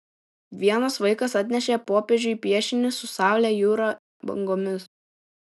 vienas vaikas atnešė popiežiui piešinį su saule jūra bangomis